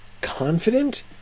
confident